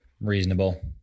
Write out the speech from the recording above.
Reasonable